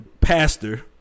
pastor